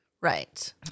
Right